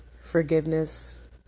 Forgiveness